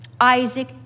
Isaac